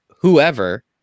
whoever